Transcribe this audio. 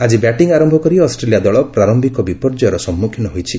ଆଜି ବ୍ୟାଟିଂ ଆରମ୍ଭ କରି ଅଷ୍ଟ୍ରେଲିଆ ଦଳ ପ୍ରାରମ୍ଭିକ ବିପର୍ଯ୍ୟୟର ସମ୍ମୁଖୀନ ହୋଇଛି